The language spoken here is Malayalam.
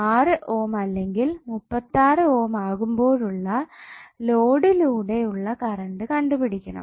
6 ഓം അല്ലെങ്കിൽ 36 ഓം ആകുമ്പോഴുള്ള ലോഡിലൂടെ ഉള്ള കറണ്ട് കണ്ടുപിടിക്കണം